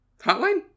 Hotline